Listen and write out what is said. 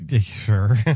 Sure